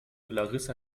larissa